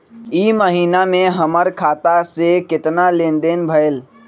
ई महीना में हमर खाता से केतना लेनदेन भेलइ?